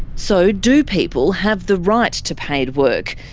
so do people have the right to paid work,